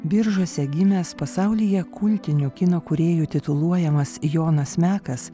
biržuose gimęs pasaulyje kultiniu kino kūrėju tituluojamas jonas mekas